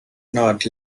not